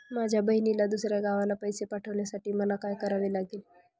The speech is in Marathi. माझ्या बहिणीला दुसऱ्या गावाला पैसे पाठवण्यासाठी मला काय करावे लागेल?